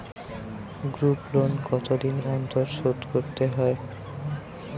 Group loan কতদিন অন্তর শোধকরতে হয়?